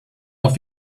doch